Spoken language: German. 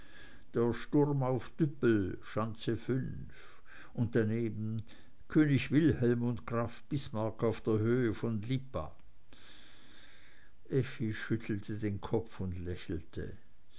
der sturm auf düppel schanze v und daneben könig wilhelm und graf bismarck auf der höhe von lipa effi schüttelte den kopf und lächelte